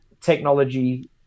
technology